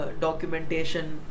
documentation